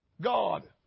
God